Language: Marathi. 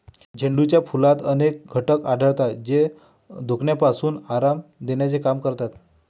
झेंडूच्या फुलात असे अनेक घटक आढळतात, जे दुखण्यापासून आराम देण्याचे काम करतात